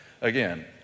Again